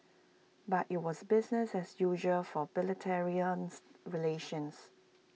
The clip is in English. but IT was business as usual for bilateral relations